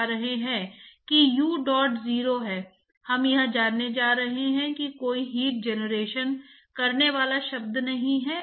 लेकिन कोलेस्ट्रॉल के जमाव में द्रव प्रवाह में कोलेस्ट्रॉल की मात्रा अधिक होगी और आपके पास सतह पर कोलेस्ट्रॉल का जमाव है